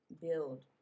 build